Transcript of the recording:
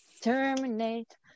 Terminate